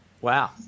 Wow